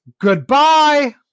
Goodbye